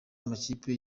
amakipe